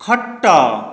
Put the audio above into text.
ଖଟ